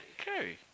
Okay